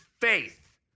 faith